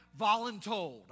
voluntold